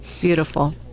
Beautiful